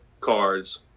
cards